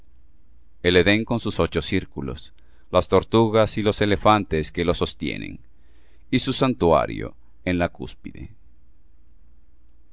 el edén con sus ocho círculos las tortugas y los elefantes que los sostienen y su santuario en la cúspide